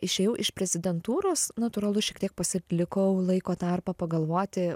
išėjau iš prezidentūros natūralu šiek tiek pasilikau laiko tarpą pagalvoti